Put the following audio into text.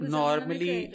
normally